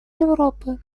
европы